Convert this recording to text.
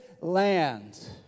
land